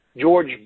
George